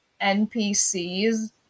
NPCs